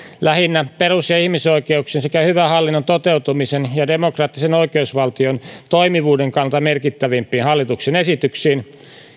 lähinnä perus ja ihmisoikeuksien sekä hyvän hallinnon toteutumisen ja demokraattisen oikeusvaltion toimivuuden kannalta merkittävimpiin hallituksen esityksiin